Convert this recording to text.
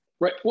Right